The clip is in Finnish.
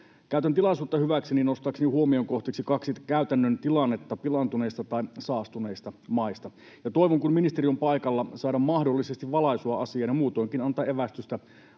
Käytän tilaisuutta hyväkseni nostaakseni huomion kohteeksi kaksi käytännön tilannetta pilaantuneista tai saastuneista maista. Ja toivon, kun ministeri on paikalla, saada mahdollisesti valaisua asiaan ja muutoinkin antavan evästystä